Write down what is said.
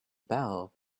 bell